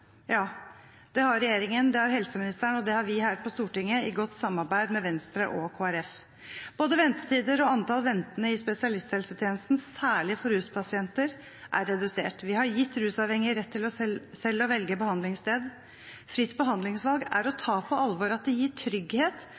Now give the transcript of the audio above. Ja, det har regjeringen, det har helseministeren, og det har vi her på Stortinget, i godt samarbeid med Venstre og Kristelig Folkeparti. Både ventetider og antall ventende i spesialisthelsetjenesten, særlig for ruspasienter, er redusert. Vi har gitt rusavhengige rett til selv å velge behandlingssted. Fritt behandlingsvalg er å ta på alvor at det gir trygghet